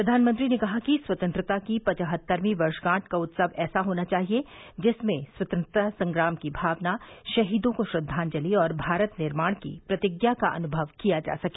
प्रधानमंत्री ने कहा कि स्वतंत्रता की पचहत्तरवीं वर्षगांठ का उत्सव ऐसा होना चाहिए जिसमें स्वतंत्रता संग्राम की भावना शहीदों को श्रद्वांजलि और भारत निर्माण की प्रतिज्ञा का अनुभव किया जा सके